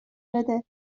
بده